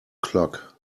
clock